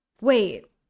wait